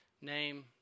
name